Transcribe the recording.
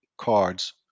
cards